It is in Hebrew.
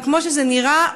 וכמו שזה נראה,